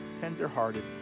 tender-hearted